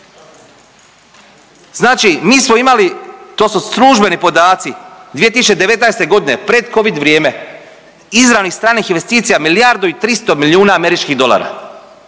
Znači nismo imali, to su službeni podaci, 2019. predcovid vrijeme, izravnih stranih investicija milijardu i 300 milijuna američkih dolara.